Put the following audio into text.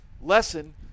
lesson